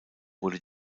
wurde